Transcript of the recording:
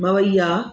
मवइया